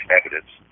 evidence